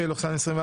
פ/1866/24